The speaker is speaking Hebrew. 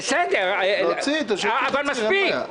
בסדר, אבל מספיק.